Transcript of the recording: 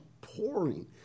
pouring